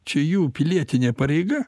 čia jų pilietinė pareiga